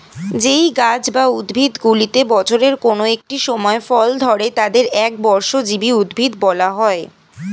যেই গাছ বা উদ্ভিদগুলিতে বছরের কোন একটি সময় ফল ধরে তাদের একবর্ষজীবী উদ্ভিদ বলা হয়